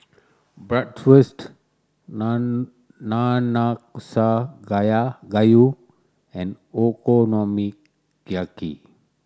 Bratwurst Nun Nanakusa gayu and Okonomiyaki